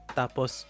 tapos